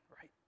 right